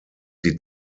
die